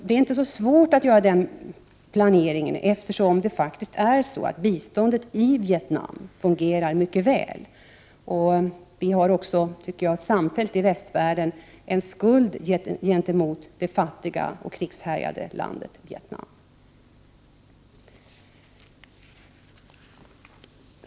Det är inte så svårt att göra den 19 april 1989 planeringen, eftersom biståndet i Vietnam faktiskt fungerar mycket väl. Jag tycker också att vi samfällt i västvärlden har en skuld gentemot det fattiga och krigshärjade landet Vietnam.